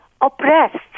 oppressed